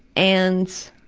and